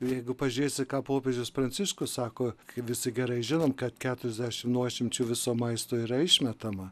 jeigu pažiūrėsi ką popiežius pranciškus sako kai visi gerai žinom kad keturiasdešim nuošimčių viso maisto yra išmetama